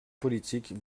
politique